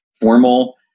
formal